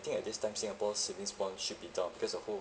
think at this time singapore savings bond should be down because of whole